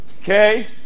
okay